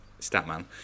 Statman